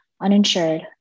uninsured